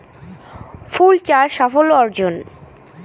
ফুল চাষ সাফল্য অর্জন?